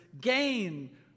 gain